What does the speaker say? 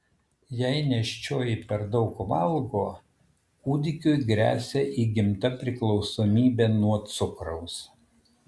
jei nėščioji per daug valgo kūdikiui gresia įgimta priklausomybė nuo cukraus